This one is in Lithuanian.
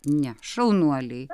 ne šaunuoliai